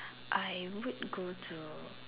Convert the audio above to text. I would go to